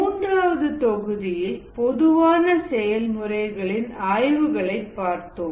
மூன்றாவது தொகுதியில் பொதுவான செயல் முறைகளின் ஆய்வுகளை பார்த்தோம்